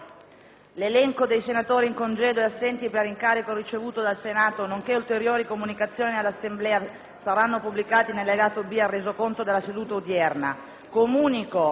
L'elenco dei senatori in congedo e assenti per incarico ricevuto dal Senato nonché ulteriori comunicazioni all'Assemblea saranno pubblicati nell'allegato B al Resoconto della seduta odierna.